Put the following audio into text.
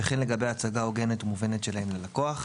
וכן לעניין הצגה הוגנת ומובנת שלהן ללקוח,